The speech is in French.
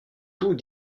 tout